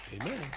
Amen